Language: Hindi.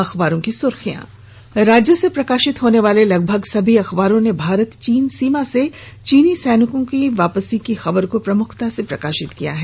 अखबारों की सुर्खियां राज्य से प्रकाशित होने वाले लगभग सभी अखबारों ने भारत चीन सीमा से चीनी सैनिकों की वापसी की खबर को प्रमुखता से प्रकाशित किया है